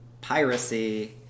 piracy